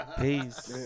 peace